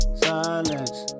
silence